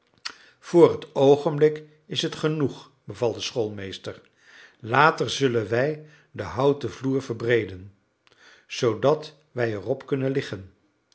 voor het oogenblik is het genoeg beval de schoolmeester later zullen wij den houten vloer verbreeden zoodat wij erop kunnen liggen